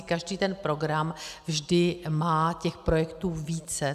Každý ten program vždy má těch projektů více.